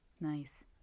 Nice